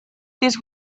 this